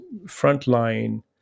frontline